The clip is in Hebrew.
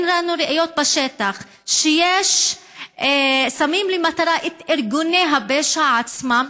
אין לנו ראיות בשטח ששמים למטרה את ארגוני הפשע עצמם,